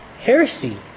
heresy